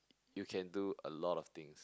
you can do a lot of things